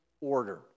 order